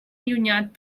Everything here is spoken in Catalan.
allunyat